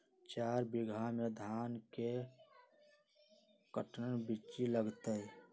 चार बीघा में धन के कर्टन बिच्ची लगतै?